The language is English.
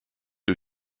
who